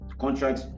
contract